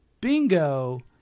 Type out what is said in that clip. Bingo